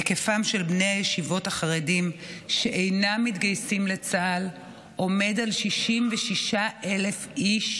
היקפם של בני הישיבות החרדים שאינם מתגייסים לצה"ל עומד על 66,000 איש